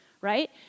right